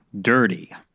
dirty